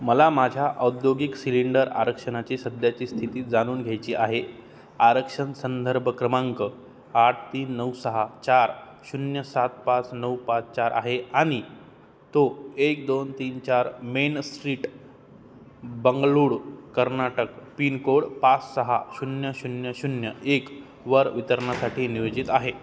मला माझ्या औद्योगिक सिलिंडर आरक्षणाची सध्याची स्थिती जाणून घ्यायची आहे आरक्षण संदर्भ क्रमांक आठ तीन नऊ सहा चार शून्य सात पाच नऊ पाच चार आहे आणि तो एक दोन तीन चार main street Bengaluru Karnataka pincode पाच सहा शून्य शून्य शून्य एकवर वितरणा साठी नियोजित आहे